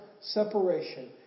separation